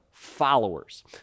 followers